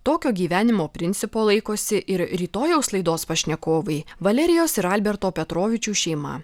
tokio gyvenimo principo laikosi ir rytojaus laidos pašnekovai valerijos ir alberto petrovičių šeima